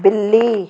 बिल्ली